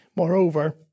Moreover